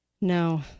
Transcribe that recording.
No